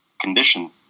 condition